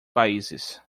países